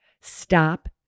Stop